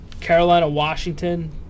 Carolina-Washington